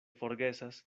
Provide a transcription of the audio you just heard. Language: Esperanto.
forgesas